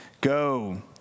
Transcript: Go